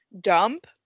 dump